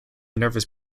nervous